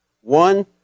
One